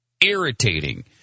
irritating